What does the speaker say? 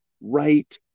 right